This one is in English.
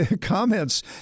comments